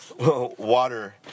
water